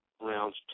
rounds